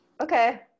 Okay